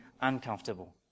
uncomfortable